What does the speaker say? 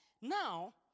Now